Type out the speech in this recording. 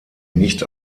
nicht